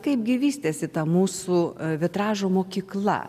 kaipgi vystėsi ta mūsų vitražo mokykla